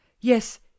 yes